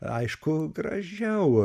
aišku gražiau